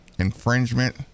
Infringement